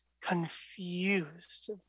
confused